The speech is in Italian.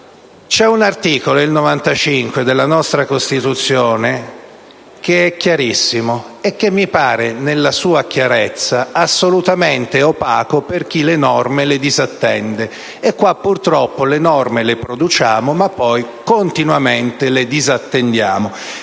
L'articolo 95 della nostra Costituzione è chiarissimo, eppure mi pare, nella sua chiarezza, assolutamente opaco per chi le norme le disattende. E qui purtroppo le norme le produciamo, ma poi continuamente le disattendiamo.